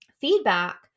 feedback